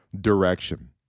direction